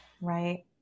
Right